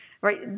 right